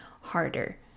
harder